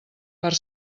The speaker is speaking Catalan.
per